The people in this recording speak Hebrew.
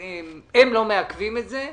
הם לא מעכבים את זה.